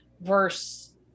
Versus